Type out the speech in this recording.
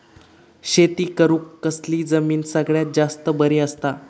शेती करुक कसली जमीन सगळ्यात जास्त बरी असता?